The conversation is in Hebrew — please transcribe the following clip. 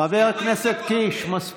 מיקי, אתה זוכר שבוז'י, חבר הכנסת קיש, מספיק.